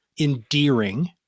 endearing